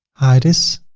hide this.